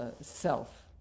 self